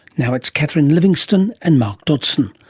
now it's catherine livingstone and mark dodgson.